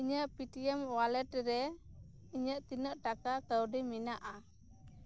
ᱤᱧᱟ ᱜ Paytm wallet ᱨᱮ ᱤᱧᱟ ᱜ ᱛᱤᱱᱟ ᱜ ᱴᱟᱠᱟ ᱠᱟ ᱣᱰᱤ ᱢᱮᱱᱟᱜᱼᱟ